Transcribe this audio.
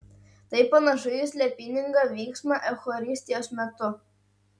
tai panašu į slėpiningą vyksmą eucharistijos metu